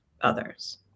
others